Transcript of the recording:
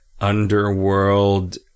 underworld